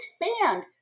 expand